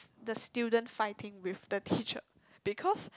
the student fighting with the teacher because